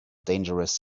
dangerous